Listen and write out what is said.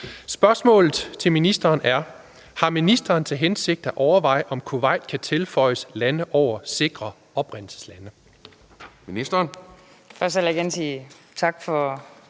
Spørgsmålet til ministeren er: Har ministeren til hensigt at overveje, om Kuwait kan tilføjes listen over sikre oprindelseslande?